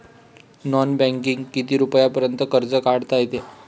Non बँकिंगनं किती रुपयापर्यंत कर्ज काढता येते?